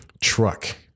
truck